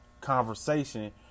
conversation